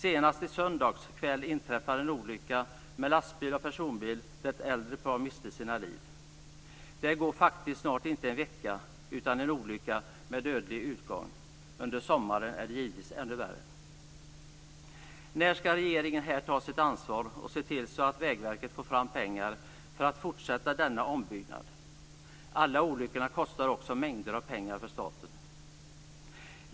Senast i söndags kväll inträffade en olycka med lastbil och personbil, där ett äldre par miste sina liv. Det går snart inte en vecka utan en olycka med dödlig utgång. Under sommaren är det givetvis ännu värre. Vägverket får fram pengar för att fortsätta denna ombyggnad? Alla olyckorna kostar mängder av pengar för staten.